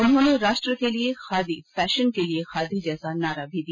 उन्होंने राष्ट्र के लिये खादी फैशन के लिये खादी जैसा नारा भी दिया